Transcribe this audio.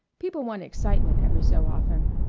people want excitement every so often.